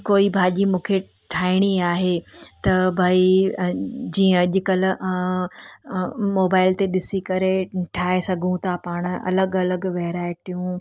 कोई भाॼी मूंखे ठाहिणी आहे त भई जीअं अॼु कल्ह मोबाइल ते ॾिसी करे ठाहे सघूं था पाण अलॻि अलॻि वैराएटियूं